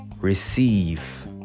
receive